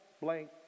blank